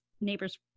neighbor's